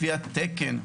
לפי התקן,